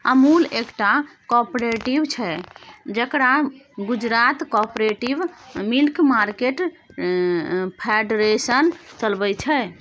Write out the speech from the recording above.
अमुल एकटा कॉपरेटिव छै जकरा Gujarat cooperative milk market federation चलबै छै